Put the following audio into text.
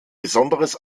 besonderes